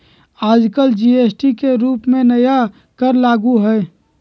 आजकल जी.एस.टी के रूप में नया कर लागू हई